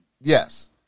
Yes